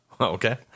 okay